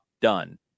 done